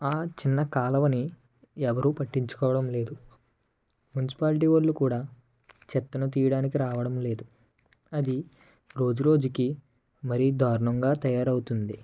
ఆ చిన్న కాలువని ఎవరు పట్టించుకోవడం లేదు మున్సిపాలిటీ వాళ్ళు కూడా చెత్తను తియ్యడానికి రావడం లేదు అది రోజు రోజుకి మరీ దారుణంగా తయారవుతుంది